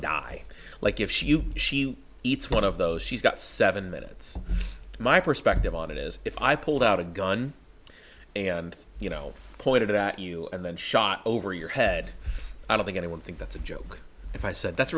die like if she you she eats one of those she's got seven minutes my perspective on it is if i pulled out a gun and you know pointed at you and then shot over your head i don't think anyone think that's a joke if i said that's